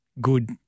good